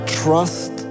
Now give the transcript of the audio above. trust